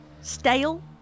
stale